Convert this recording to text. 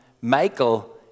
Michael